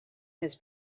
his